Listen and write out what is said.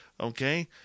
Okay